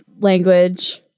language